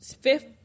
fifth